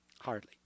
Hardly